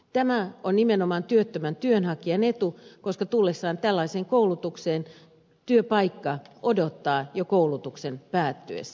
tämä on nimenomaan työttömän työnhakijan etu koska tullessaan tällaiseen koulutukseen työpaikka odottaa jo koulutuksen päättyessä